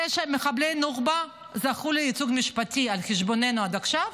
זה שמחבלי נוח'בה זכו לייצוג משפטי על חשבוננו עד עכשיו,